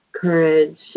courage